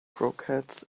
croquettes